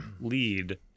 lead